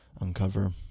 uncover